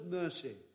mercy